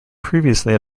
previously